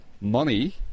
money